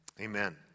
amen